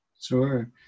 Sure